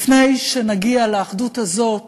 לפני שנגיע לאחדות הזאת